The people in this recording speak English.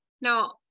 Now